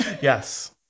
Yes